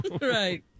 Right